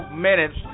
minutes